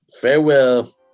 Farewell